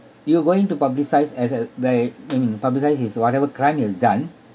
you are going to publicise as a they mm publicise his whatever crime he's done